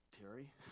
Terry